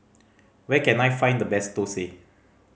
where can I find the best thosai